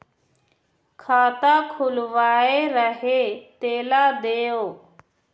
खाता खुलवाय रहे तेला देव?